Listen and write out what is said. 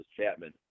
Chapman